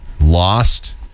lost